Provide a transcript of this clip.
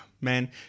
man